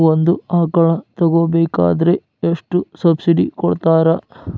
ಒಂದು ಆಕಳ ತಗೋಬೇಕಾದ್ರೆ ಎಷ್ಟು ಸಬ್ಸಿಡಿ ಕೊಡ್ತಾರ್?